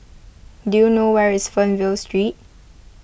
do you know where is Fernvale Street